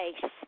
face